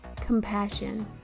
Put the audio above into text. compassion